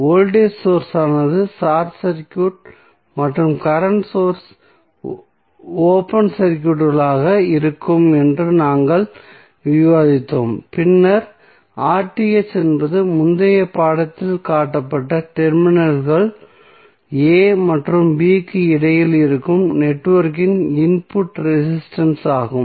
voltage source ஆனது short circuited மற்றும் current source open சர்க்யூட்களாக இருக்கும் என்று நாங்கள் விவாதித்தோம் பின்னர் என்பது முந்தைய படத்தில் காட்டப்பட்ட டெர்மினல்கள் a மற்றும் b க்கு இடையில் பார்க்கும் நெட்வொர்க்கின் இன்புட் ரெசிஸ்டன்ஸ் ஆகும்